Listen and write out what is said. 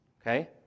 okay